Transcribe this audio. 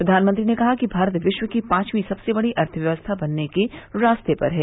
प्रधानमंत्री ने कहा कि भारत विश्व की पांचवीं सबसे बड़ी अर्थव्यवस्था बनने के रास्ते पर है